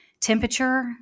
temperature